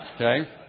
okay